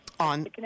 On